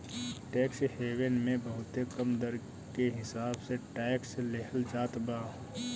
tax haven मे बहुते कम दर के हिसाब से टैक्स लेहल जात बा